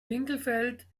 winkelfeld